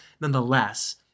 nonetheless